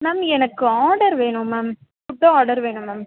ma'am எனக்கு order வேணும் ma'am food order வேணும் மேம்